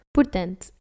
Portanto